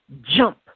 jump